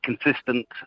consistent